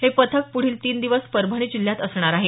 हे पथक प्ढील तीन दिवस परभणी जिल्ह्यात असणार आहे